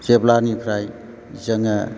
जेब्लानिफ्राय जोङो